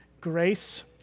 grace